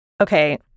Okay